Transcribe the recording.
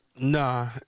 Nah